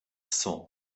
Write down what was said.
saw